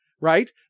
right